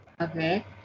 Okay